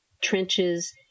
trenches